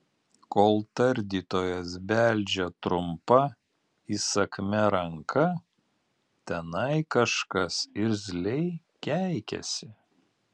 kol tardytojas beldžia trumpa įsakmia ranka tenai kažkas irzliai keikiasi